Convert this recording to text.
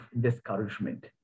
discouragement